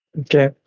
Okay